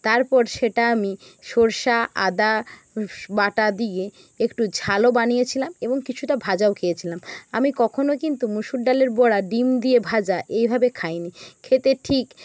তারপর সেটা আমি সরষা আদা বাটা দিয়ে একটু ঝালও বানিয়েছিলাম এবং কিছুটা ভাজাও খেয়েছিলাম আমি কখনও কিন্তু মুসুর ডালের বড়া ডিম দিয়ে ভাজা এইভাবে খাই নি খেতে ঠিক